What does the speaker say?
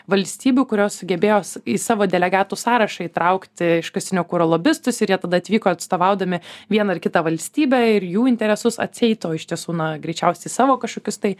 valstybių kurios sugebėjo į savo delegatų sąrašą įtraukti iškastinio kuro lobistus ir jie tada atvyko atstovaudami vieną ar kitą valstybę ir jų interesus atseit o iš tiesų na greičiausiai savo kažkokius tai